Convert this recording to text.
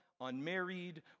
unmarried